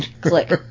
Click